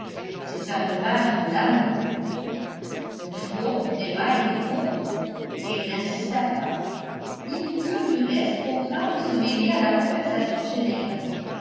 c'est un hommage de l'amour le triomphe d'emma était complet et elle n'insista pas ils furent du reste contraints de se mêler à la conversation générale